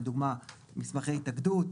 לדוגמא: מסמכי התאגדות